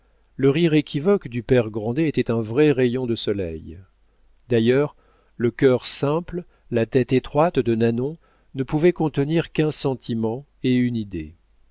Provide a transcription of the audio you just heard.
le rire équivoque du père grandet était un vrai rayon de soleil d'ailleurs le cœur simple la tête étroite de nanon ne pouvaient contenir qu'un sentiment et une idée